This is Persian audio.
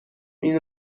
این